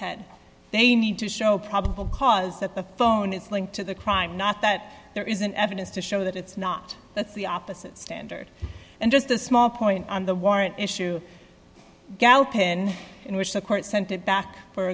head they need to show probable cause that the phone is linked to the crime not that there isn't evidence to show that it's not that's the opposite standard and just a small point on the warrant issue galpin in which the court sent it back for